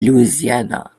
louisiana